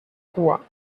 cua